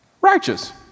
righteous